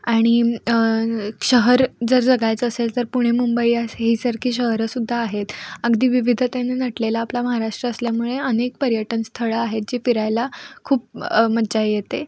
आणि शहर जर जगायचं असेल तर पुणे मुंबई या ही सारखी शहरं सुद्धा आहेत अगदी विविधतेने नटलेला आपला महाराष्ट्र असल्यामुळे आनेक पर्यटन स्थळं आहेत जी फिरायला खूप मजा येते